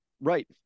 right